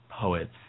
poets